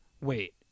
wait